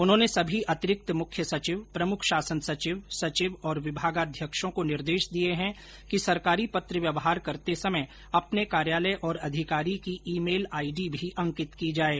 उन्होंने सभी अतिरिक्त मुख्य सचिव प्रमुख शासन सचिव सचिव और विभागाध्यक्षों को निर्देश दिये हैं कि सरकारी पत्र व्यवहार करते समय अपने कार्यालय और अधिकारी की ई मेल आईडी भी अंकित की जाये